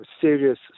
serious